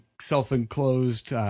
self-enclosed